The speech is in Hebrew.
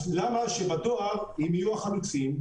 אז למה שבדואר הם יהיו החלוצים,